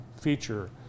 feature